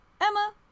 Emma